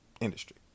industry